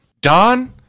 Don